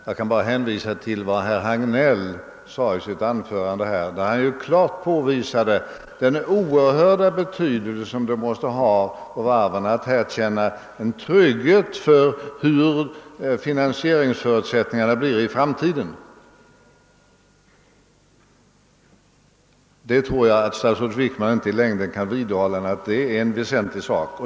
Jag kan bara hänvisa till att herr Hagnell i sitt anförande här klart påvisade den oerhörda betydelse det har för varven att känna trygghet beträffande finansieringsförutsättningarna i framtiden. Jag tror inte att statsrådet Wickman i längden kan förneka att det är en väsentlig sak.